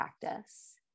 practice